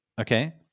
Okay